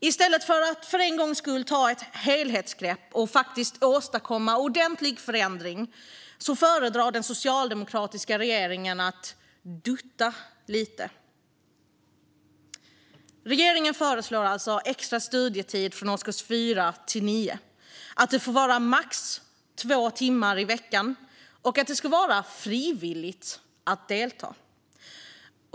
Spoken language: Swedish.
I stället för att för en gångs skull ta ett helhetsgrepp och åstadkomma ordentlig förändring föredrar den socialdemokratiska regeringen att dutta lite. Regeringen föreslår alltså extra studietid från årskurs 4 till årskurs 9. Det får vara max två timmar i veckan, och det ska vara frivilligt att delta.